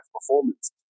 performance